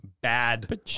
bad